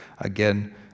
again